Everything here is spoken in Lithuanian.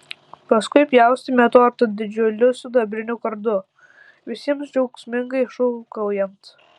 paskui pjaustėme tortą didžiuliu sidabriniu kardu visiems džiaugsmingai šūkaujant